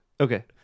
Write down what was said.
Okay